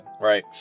right